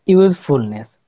usefulness